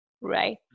right